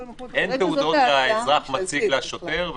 אין תעודות שהאזרח מציג לשוטר,